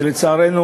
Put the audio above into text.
שלצערנו